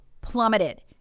plummeted